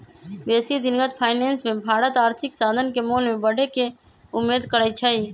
बेशी दिनगत फाइनेंस मे भारत आर्थिक साधन के मोल में बढ़े के उम्मेद करइ छइ